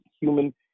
human